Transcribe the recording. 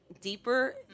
deeper